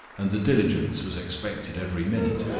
and the diligence was expected every minute.